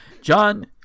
John